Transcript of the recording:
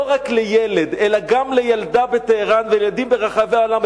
לא רק לילד אלא גם לילדה בטהרן ולילדים ברחבי העולם,